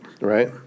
right